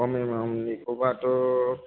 खम एमाउन्ट निखौबाथ'